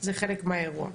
זה חלק מהאירוע.